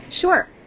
Sure